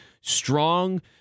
strong